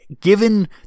given